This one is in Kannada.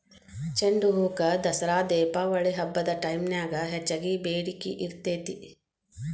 ಚಂಡುಹೂಕ ದಸರಾ ದೇಪಾವಳಿ ಹಬ್ಬದ ಟೈಮ್ನ್ಯಾಗ ಹೆಚ್ಚಗಿ ಬೇಡಿಕಿ ಇರ್ತೇತಿ